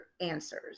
answers